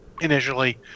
initially